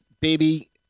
baby